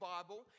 Bible